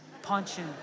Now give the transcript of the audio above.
punching